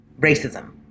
racism